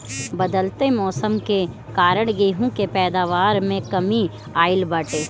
बदलत मौसम के कारण गेंहू के पैदावार में कमी आइल बाटे